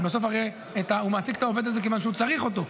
כי בסוף הרי הוא מעסיק את העובד הזה כיוון שהוא צריך אותו,